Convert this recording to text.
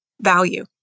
value